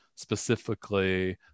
specifically